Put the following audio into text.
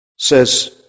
says